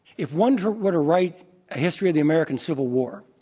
if one were to write a history of the american civil war,